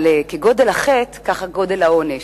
אבל כגודל החטא גודל העונש.